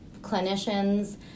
clinicians